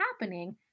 happening